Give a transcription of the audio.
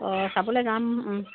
অঁ চাবলৈ যাম